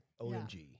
OMG